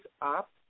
up